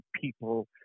people